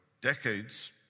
decades